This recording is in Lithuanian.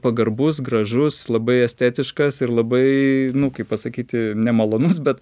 pagarbus gražus labai estetiškas ir labai nu kaip pasakyti nemalonus bet